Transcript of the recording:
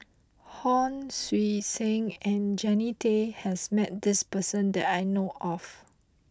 Hon Sui Sen and Jannie Tay has met this person that I know of